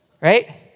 right